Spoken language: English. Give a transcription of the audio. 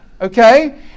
okay